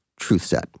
Truthset